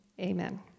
amen